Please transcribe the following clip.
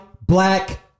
black